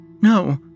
No